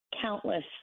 Countless